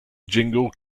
jingle